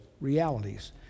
realities